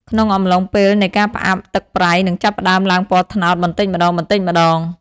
ក្នុងអំឡុងពេលនៃការផ្អាប់ ទឹកប្រៃ នឹងចាប់ផ្តើមឡើងពណ៌ត្នោតបន្តិចម្តងៗ។